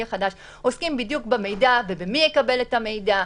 החדש עוסקים בדיוק במידע ומי יקבל את המידע.